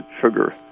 sugar